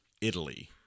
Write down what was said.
Italy